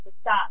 stop